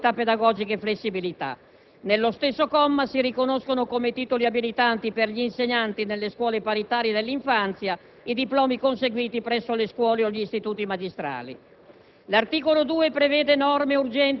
sperimentali improntate a criteri di qualità pedagogica e flessibilità. Nello stesso comma si riconoscono come titoli abilitanti per gli insegnanti nelle scuole paritarie dell'infanzia i diplomi conseguiti presso le scuole o gli istituti magistrali.